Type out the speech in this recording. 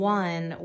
one